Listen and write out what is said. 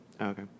Okay